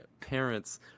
parents